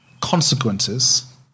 consequences